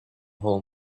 hall